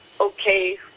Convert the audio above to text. okay